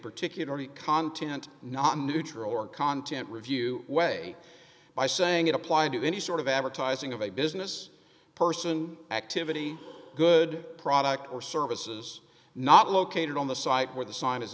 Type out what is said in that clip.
particularly content not neutral or content review way by saying it applied to any sort of advertising of a business person activity good product or services not located on the site where the si